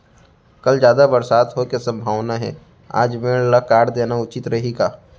कल जादा बरसात होये के सम्भावना हे, आज मेड़ ल काट देना उचित रही का?